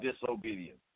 disobedience